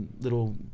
little